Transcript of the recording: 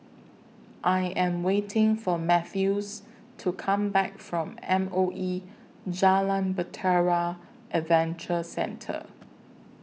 I Am waiting For Mathews to Come Back from M O E Jalan Bahtera Adventure Centre